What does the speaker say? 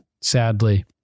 sadly